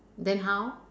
then how